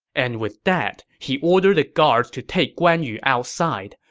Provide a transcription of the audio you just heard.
and with that, he ordered the guards to take guan yu outside.